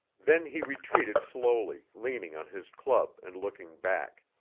then he retreated slowly, leaning on his club and looking back.